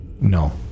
No